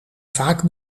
vaak